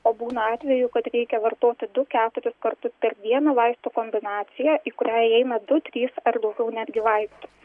o būna atvejų kad reikia vartoti du keturis kartus per dieną vaistų kombinaciją į kurią įeina du trys ar daugiau netgi vaistų